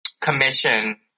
commission